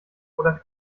oder